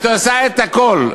את עושה את הכול,